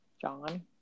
John